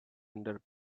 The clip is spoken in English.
under